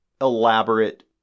elaborate